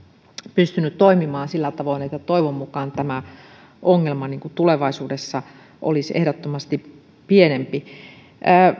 pystynyt toimimaan sillä tavoin että toivon mukaan ongelma tulevaisuudessa olisi ehdottomasti pienempi